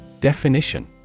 Definition